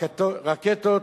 רקטות,